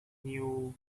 new